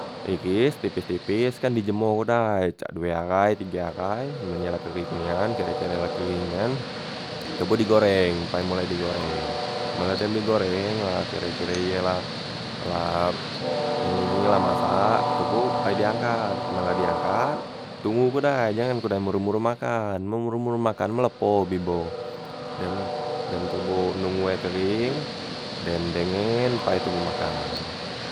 Eres tepes- tepes kan dijemor dai cak due ahai tige ahai, men ye la kereng nian kire- kire la kereng nian, toboh digoreng pai mulai digoreng, men la dem digoreng la kire- kire ye la la ini la masak toboh pai diangkat men la diangkat, tunggu ke dai jangan ke dai boro- boro makan, men boro- boro makan melepoh bibo, dem toboh nonggo ye kering, dem dengen pai toboh makan.